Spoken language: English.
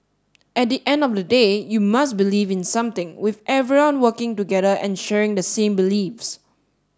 at the end of the day you must believe in something with everyone working together and sharing the same beliefs